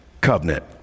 covenant